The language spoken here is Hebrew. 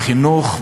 בחינוך,